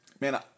Man